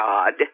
God